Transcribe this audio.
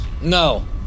No